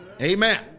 Amen